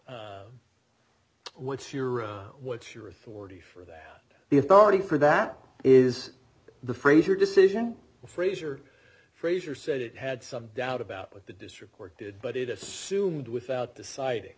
now what's your what's your authority for that the authority for that is the fraser decision frazier frazier said it had some doubt about what the district court did but it assumed without deciding